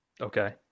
Okay